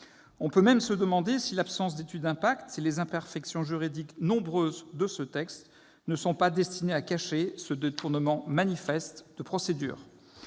On peut même se demander si l'absence d'étude d'impact et les imperfections juridiques nombreuses de ce texte ne sont pas destinées à cacher ce détournement manifeste de procédure.